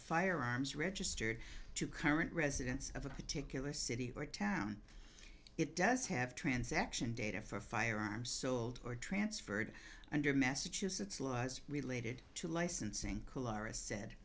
firearms registered to current residents of a particular city or town it does have transaction data for firearms sold or transferred under massachusetts laws related to licensing